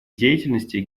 деятельности